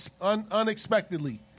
unexpectedly